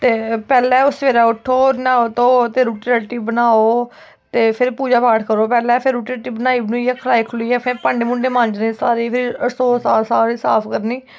ते पैह्लें ओह् सवेरै उट्ठो न्हाओ ते रुट्टी रट्टी बनाओ ते फिर पूजा पाजा करो पैह्लें रुट्टी बनाई बनुइयै खलाई खलुइयै भांडे भूंडे मांजने फिर रसोऽ साफ करनी